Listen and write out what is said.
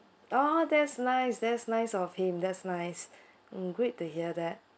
oh that's nice that's nice of him that's nice mm great to hear that